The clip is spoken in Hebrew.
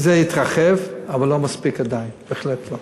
כן, זה התרחב, אבל לא מספיק עדיין, בהחלט לא.